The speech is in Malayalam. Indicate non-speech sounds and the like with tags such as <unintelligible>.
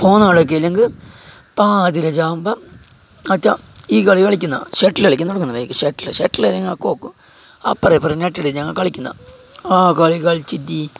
പോകുന്ന ആ <unintelligible> ഈ കളിക്കുന്ന ഷട്ടില് കളിയ്ക്കാൻ തുടങ്ങുന്ന ഷട്ടില് ഷട്ടില് ഞങ്ങൾ കോക്കും അപ്പുറവും ഇപ്പുറവും നെറ്റിട്ട് ഞങ്ങൾ കളിക്കുന്ന ആഹ് കളികളിച്ചിട്ട്